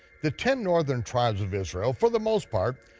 the ten northern tribes of israel, for the most part,